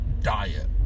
diet